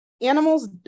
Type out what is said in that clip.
animals